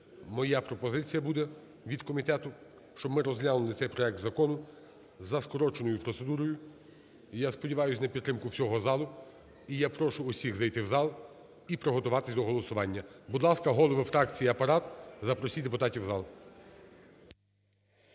Моя пропозиція буде від комітету, щоб ми розглянули цей проект закону за скороченою процедурою. І я сподіваюсь на підтримку всього залу, і я прошу всіх зайти у зал і приготуватись до голосування. Будь ласка, голови фракцій і Апарат, запросіть депутатів у зал.